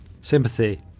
sympathy